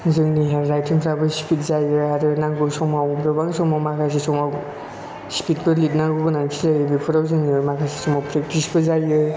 जोंनि हेन्डराइटिंफ्राबो स्पिद जायो आरो नांगौ समाव गोबां समाव माखासे समाव स्पिदफोर लिरनांगौ गोनांथि जायो बेफोराव जोङो माखासे समाव प्रेक्टिसबो जायो